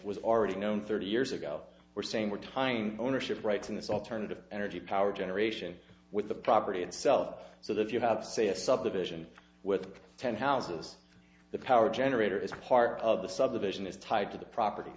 was already known thirty years ago we're saying we're tying ownership rights in this alternative energy power generation with the property itself so that if you have say a subdivision with ten houses the power generator is part of the subdivision is tied to the property